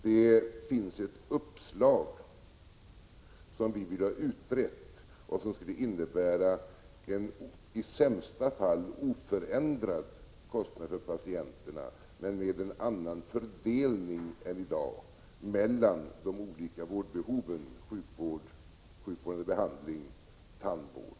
Det finns ett uppslag, som vi vill ha utrett och som skulle innebära en i sämsta fall oförändrad kostnad för patienterna, men med en annan fördelning än i dag mellan de olika vårdbehoven — sjukvård, sjukvårdande behandling och tandvård.